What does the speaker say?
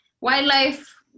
wildlife